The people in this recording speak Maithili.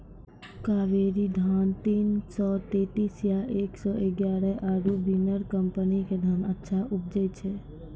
कावेरी धान तीन सौ तेंतीस या एक सौ एगारह आरु बिनर कम्पनी के धान अच्छा उपजै छै?